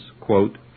quote